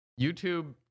YouTube